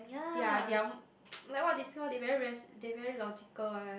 their their like what they call they very rat~ they very logical one